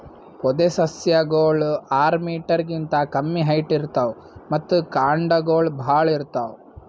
ಪೊದೆಸಸ್ಯಗೋಳು ಆರ್ ಮೀಟರ್ ಗಿಂತಾ ಕಮ್ಮಿ ಹೈಟ್ ಇರ್ತವ್ ಮತ್ತ್ ಕಾಂಡಗೊಳ್ ಭಾಳ್ ಇರ್ತವ್